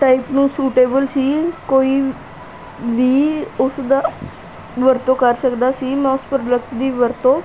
type ਨੂੰ suitable ਸੀ ਕੋਈ ਵੀ ਉਸਦਾ ਵਰਤੋਂ ਕਰ ਸਕਦਾ ਸੀ ਮੈਂ ਉਸ ਪ੍ਰੋਡਕਟ ਦੀ ਵਰਤੋਂ